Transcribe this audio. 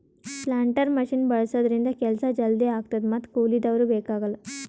planter machine ಬಳಸಿದ್ರಿಂದ ಕೆಲ್ಸ ಜಲ್ದಿ ಆಗ್ತದ ಮತ್ತ್ ಕೂಲಿದವ್ರು ಬೇಕಾಗಲ್